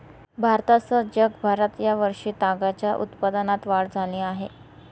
भारतासह जगभरात या वर्षी तागाच्या उत्पादनात वाढ झाली आहे